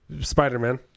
Spider-Man